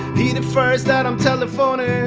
the and and first that i'm telephonin'